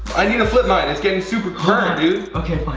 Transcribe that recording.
i need to flip mine, it's getting super burnt dude. okay, fine.